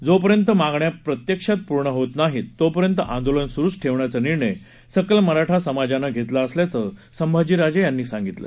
जोपर्यंत मागण्या प्रत्यक्षात पूर्ण होत नाहीत तोपर्यंत आंदोलन सुरूच ठेवण्याचा निर्णय सकल मराठा समाजानं घेतला असल्याचं संभाजीराजे यांनी सांगितलं